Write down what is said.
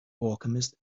alchemist